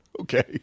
Okay